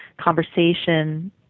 conversation